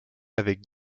avec